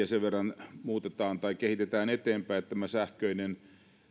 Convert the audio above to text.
sen verran muutetaan tai kehitetään eteenpäin että tämä sähköinen